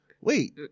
wait